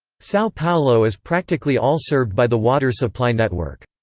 sao paulo is practically all served by the water supply network.